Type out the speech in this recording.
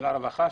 של הרווחה,